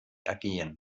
ergehen